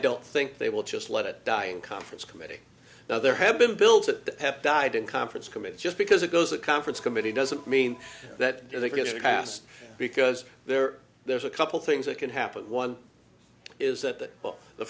don't think they will just let it die in conference committee now there have been a bill to have died in conference committee just because it goes a conference committee doesn't mean that they're going to be passed because there there's a couple things that can happen one is that the